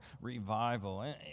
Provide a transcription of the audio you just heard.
revival